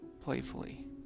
playfully